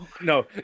No